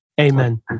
Amen